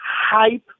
hype